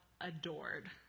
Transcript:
adored